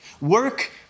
Work